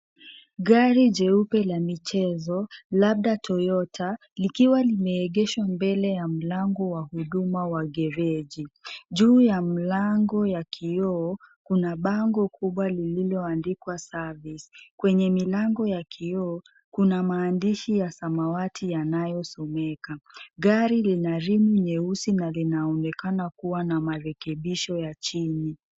Gari jeupe la michezo labda Toyota. Likiwa nimeegeshwa mbele ya mlango wa huduma wa gereji. Juu ya mlango ya kioo kuna bango kubwa lililoandikwa service . Kwenye milango ya kioo kuna maandishi ya samawati yanayosomeka. Gari lina rimu nyeusi na linaonekana kuwa na marekebisho ya chini.